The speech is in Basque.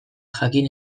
jakin